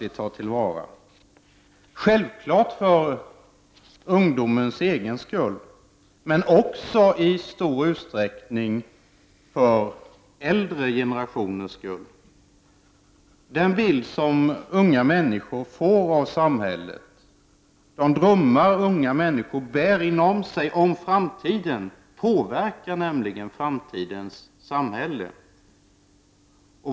Detta bör vi självfallet göra för ungdomens egen skull, men i stor utsträckning också för äldre generationers skull. Den bild som unga människor får av samhället och de drömmar unga människor bär inom sig om framtiden påverkar nämligen framtidens samhälle.